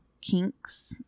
kinks